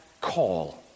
call